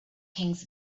kings